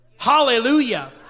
Hallelujah